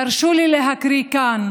תרשו לי להקריא כאן